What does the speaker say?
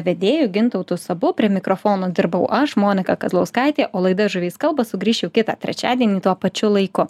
vedėju gintautu sabu prie mikrofono dirbau aš monika kazlauskaitė o laida žuvys kalba sugrįš jau kitą trečiadienį tuo pačiu laiku